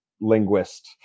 linguist